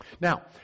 Now